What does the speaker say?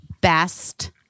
best